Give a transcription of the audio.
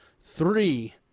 three